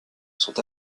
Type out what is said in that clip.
sont